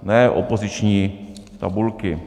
Ne opoziční tabulky.